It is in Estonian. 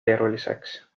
keeruliseks